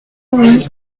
louis